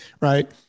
right